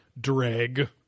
Dreg